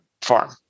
farm